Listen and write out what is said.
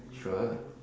sure